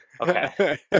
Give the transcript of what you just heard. Okay